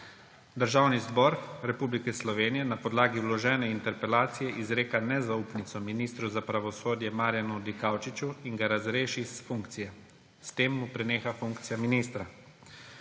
Državni zbor Republike Slovenije na podlagi vložene interpelacije izreka nezaupnico ministru za pravosodje Marjanu Dikaučiču in ga razreši s funkcije. S tem mu preneha funkcija ministra.